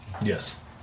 Yes